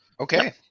Okay